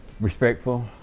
respectful